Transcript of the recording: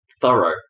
thorough